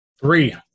Three